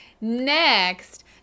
next